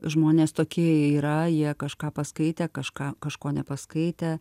žmonės tokie jie yra jie kažką paskaitę kažką kažko nepaskaitę